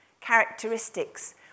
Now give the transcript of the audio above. characteristics